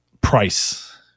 price